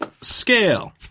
scale